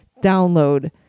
download